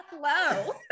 Hello